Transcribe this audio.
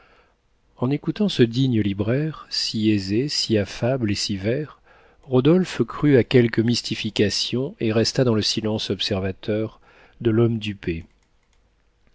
en écoutant ce digne libraire si aisé si affable et si vert rodolphe crut à quelque mystification et resta dans le silence observateur de l'homme dupé